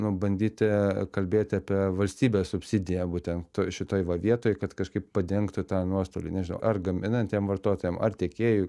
nu bandyti kalbėti apie valstybės subsidiją būtent šitoj va vietoj kad kažkaip padengtų tą nuostolį nežinau ar gaminantiem vartotojam ar tiekėjui